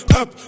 up